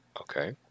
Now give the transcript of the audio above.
Okay